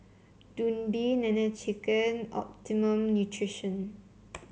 Dundee Nene Chicken Optimum Nutrition